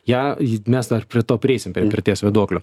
ją ji mes dar prie to prieisim prie mirties vieduoklio